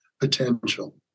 potential